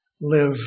live